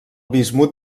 bismut